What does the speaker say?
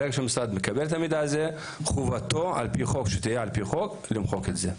ברגע שהמשרד מקבל את המידע הזה שתהיה לו חובה על פי חוק למחוק את זה.